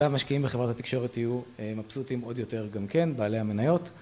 המשקיעים בחברת התקשורת יהיו מבסוטים עוד יותר גם כן, בעלי המניות